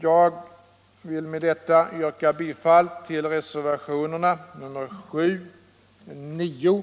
Jag ber med detta att få yrka bifall till reservationerna 7, 9 och 13.